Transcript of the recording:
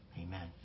Amen